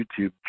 YouTube